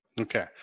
Okay